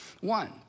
one